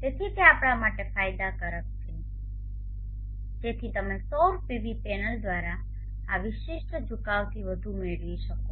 તેથી તે આપણા માટે ફાયદાકારક છે જેથી તમે સૌર પીવી પેનલ દ્વારા આ વિશિષ્ટ ઝુકાવથી વધુ મેળવી શકો